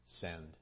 Send